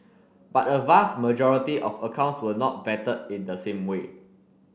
but a vast majority of accounts were not vetted in the same way